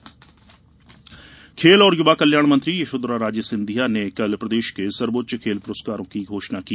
खेल पुरस्कार खेल और युवा कल्याण मंत्री यशोधरा राजे सिंधिया ने कल प्रदेश के सर्वोच्च खेल पुरस्कारों की घोषणा की